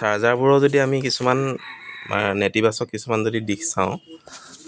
চাৰ্জাৰবোৰৰ যদি আমি কিছুমান নেতিবাচক কিছুমান যদি দিশ চাওঁ